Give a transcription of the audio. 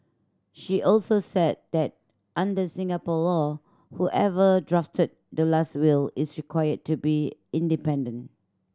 she also said that under Singapore law whoever drafted the last will is required to be independent